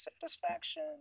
Satisfaction